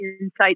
insights